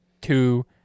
two